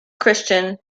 christian